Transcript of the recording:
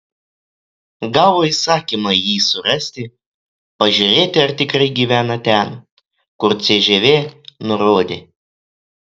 gavo įsakymą jį surasti pažiūrėti ar tikrai gyvena ten kur cžv nurodė